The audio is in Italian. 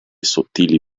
sottili